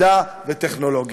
מדע וטכנולוגיה.